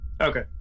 Okay